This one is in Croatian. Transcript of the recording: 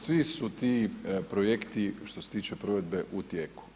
Svi su ti projekti što se tiče provedbe u tijeku.